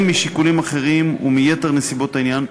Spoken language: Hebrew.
משיקולים אחרים ומיתר נסיבות העניין,